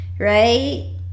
right